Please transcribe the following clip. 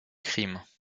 crimes